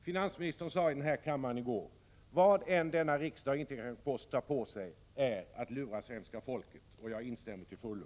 Finansministern sade i kammaren i går: Vad denna riksdag än kan kosta på sig, den kan inte kosta på sig att lura svenska folket. Jag instämmer till fullo.